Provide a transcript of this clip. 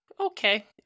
okay